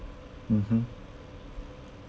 mmhmm